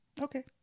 okay